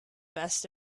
best